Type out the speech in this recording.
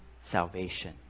salvation